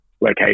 location